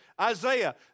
Isaiah